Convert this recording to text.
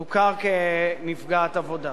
תוכר כנפגעת עבודה.